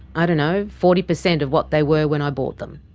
i don't know, forty percent of what they were when i bought them.